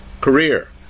career